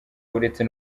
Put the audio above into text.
uretse